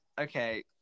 Okay